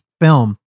film